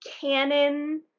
canon